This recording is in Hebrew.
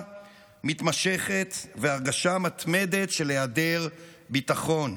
מתמשכת והרגשה מתמדת של היעדר ביטחון,